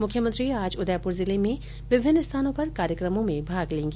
मुख्यमंत्री आज उदयप्र जिले में विभिन्न स्थानों पर कार्यक्रमों में भाग लेंगी